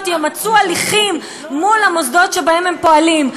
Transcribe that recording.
ימצו הליכים מול המוסדות שבהם הם פועלים,